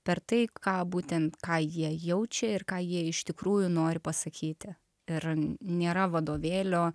per tai ką būtent ką jie jaučia ir ką jie iš tikrųjų nori pasakyti ir nėra vadovėlio